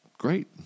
great